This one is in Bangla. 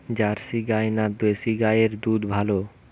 জার্সি গাই না দেশী গাইয়ের দুধ ভালো?